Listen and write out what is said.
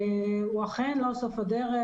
הוא אכן לא סוף הדרך,